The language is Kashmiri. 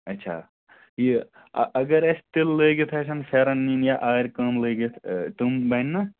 اَچھا یہِ اگر اَسہِ تِلہٕ لٲگِتھ آسَن فٮ۪رَن نِنۍ یا آرِ کٲم لٲگِتھ تِم بَنہِ نا